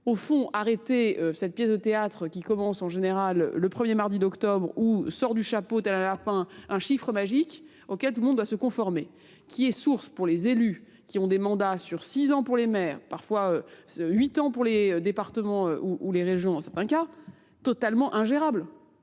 Au fond, arrêter cette pièce de théâtre qui commence en général le 1er mardi d'octobre ou sort du chapeau tel un lapin, un chiffre magique auquel tout le monde doit se conformer, qui est source pour les élus qui ont des mandats sur 6 ans pour les maires, parfois 8 ans pour les départements ou les régions en certains cas, totalement ingérable.